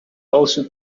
also